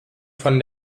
von